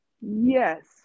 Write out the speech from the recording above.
Yes